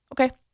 Okay